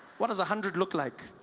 what does a hundred look like?